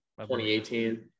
2018